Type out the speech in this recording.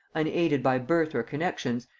unaided by birth or connexions,